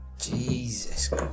Jesus